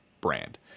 brand